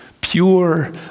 Pure